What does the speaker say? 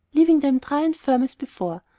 leaving them dry and firm as before.